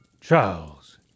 Charles